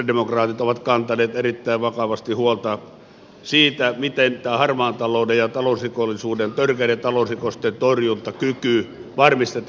sosialidemokraatit ovat kantaneet erittäin vakavasti huolta siitä miten tämä harmaan talouden ja talousrikollisuuden törkeiden talousrikosten torjuntakyky varmistetaan